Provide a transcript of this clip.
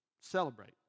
celebrate